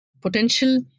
potential